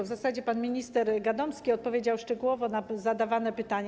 W zasadzie pan minister Gadomski odpowiedział szczegółowo na zadawane pytania.